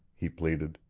he pleaded.